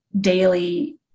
daily